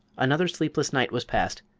another sleepless night was passed,